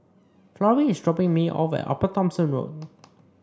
Florrie is dropping me off at Upper Thomson Road